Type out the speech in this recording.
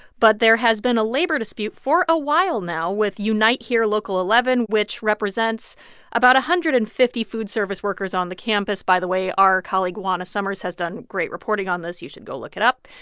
but there has been a labor dispute for a while now with unite here local eleven, which represents about one hundred and fifty food service workers on the campus. by the way, our colleague juana summers has done great reporting on this. you should go look it up.